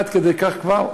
עד כדי כך כבר?